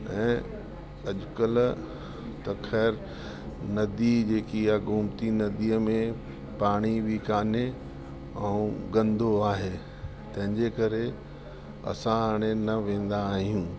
ऐं अॼुकल्ह त ख़ैर नदी जेकी आहे गोमती नदीअ में पाणी बि कान्हे ऐं गंदो आहे तंहिंजे करे असां हाणे न वेंदा आहियूं